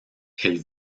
elle